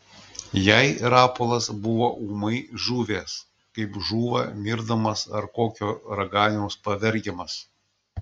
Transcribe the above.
jai rapolas buvo ūmai žuvęs kaip žūva mirdamas ar kokio raganiaus pavergiamas